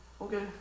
okay